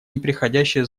непреходящее